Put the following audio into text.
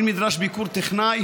אם נדרש ביקור טכנאי